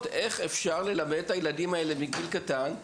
איך אפשר ללמד את הילדים האלה כבר מגיל קטן,